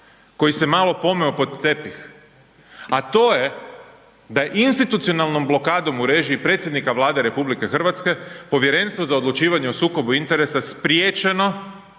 koji se malo pomeo pod tepih, a to je da je institucijalnom blokadom u režiji predsjednika Vlade RH Povjerenstvo za odlučivanje o sukobu interesa spriječeno,